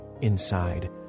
Inside